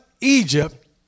Egypt